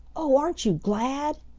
oh, aren't you glad!